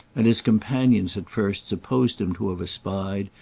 and his companions at first supposed him to have espied,